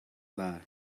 bar